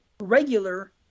regular